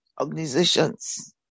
organizations